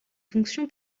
fonction